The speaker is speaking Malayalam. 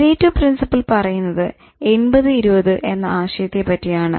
പരേറ്റോ പ്രിൻസിപ്പൽ പറയുന്നത് 80 20 എന്ന ആശയത്തെ പറ്റിയാണ്